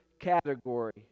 category